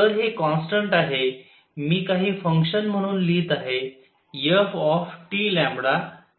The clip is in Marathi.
तर हे कॉन्स्टन्ट आहे मी काही फंक्शन म्हणून लिहीत आहे f